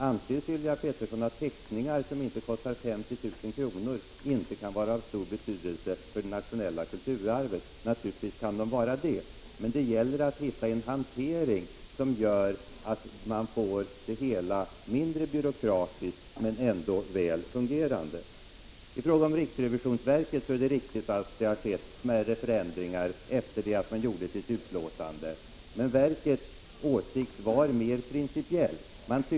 Anser Sylvia Pettersson att teckningar som inte kostar 50 000 kr. inte kan vara av stor betydelse för det nationella kulturarvet? Naturligtvis kan de vara det! Men det gäller att finna en hantering som gör att man får det hela mindre byråkratiskt men ändå väl fungerande. I fråga om riksrevisionsverket är det riktigt att det skett smärre förändring ar efter det att man avgav sitt utlåtande. Men verkets åsikt var mer = Prot. 1985/86:50 principiellt.